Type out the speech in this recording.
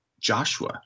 Joshua